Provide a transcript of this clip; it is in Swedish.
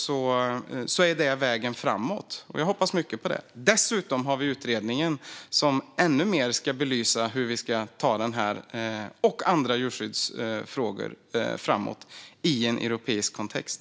Det är vägen framåt. Jag hoppas mycket på det. Dessutom har vi utredningen som ännu mer ska belysa hur vi ska ta denna fråga och andra djurskyddsfrågor framåt i en europeisk kontext.